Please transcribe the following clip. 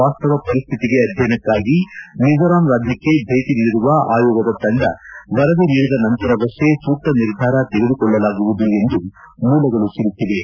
ವಾಸ್ತವ ಪರಿಸ್ತಿತಿಗೆ ಅಧ್ಯಯನಕ್ನಾಗಿ ಮಿಜೋರಾಂ ರಾಜ್ಯಕ್ಕೆ ಭೇಟಿ ನೀಡಿರುವ ಆಯೋಗದ ತಂಡ ವರದಿ ನೀಡಿದ ನಂತರವಷ್ಟೆ ಸೂಕ್ತ ನಿರ್ಧಾರ ತೆಗೆದುಕೊಳ್ಲಲಾಗುವುದು ಎಂದು ಮೂಲಗಳು ತಿಳಿಸಿವೆ